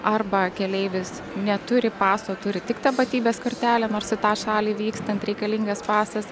arba keleivis neturi paso turi tik tapatybės kortelę nors į tą šalį vykstant reikalingas pasas